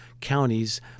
counties